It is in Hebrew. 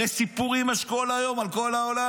הרי סיפורים יש כל היום על כל העולם.